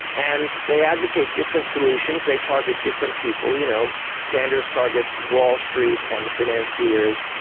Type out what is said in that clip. and they advocate different solutions, they target different people. you know sanders targets wall street and the financiers,